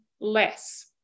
less